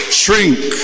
shrink